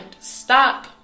stop